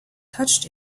touched